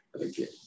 Okay